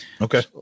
Okay